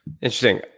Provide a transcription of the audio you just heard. Interesting